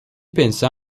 pensa